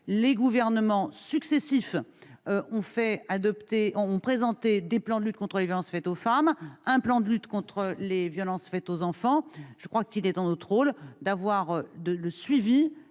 Les gouvernements successifs ont présenté des plans de lutte contre les violences faites aux femmes et un plan de lutte contre les violences faites aux enfants. Le rôle du Parlement est de suivre